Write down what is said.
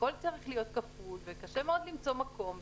הכול צריך להיות כפול וקשה מאוד למצוא מקום.